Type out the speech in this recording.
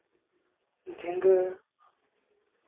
ᱡᱷᱤᱝᱜᱟᱹ